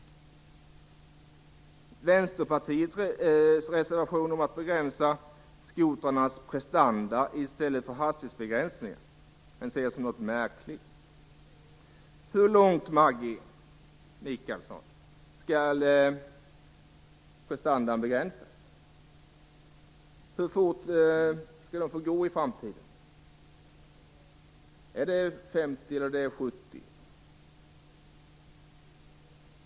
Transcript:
Vänsterpartiets reservation om att begränsa skotrarnas prestanda i stället för hastighetsbegränsningar ser jag som något märklig. Hur långt, Maggi Mikaelsson, skall prestandan begränsas? Hur fort skall skotrarna få gå i framtiden - är det 50 eller 70 kilometer i timmen?